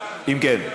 אם כן,